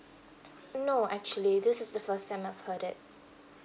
no actually this is the first time I've heard it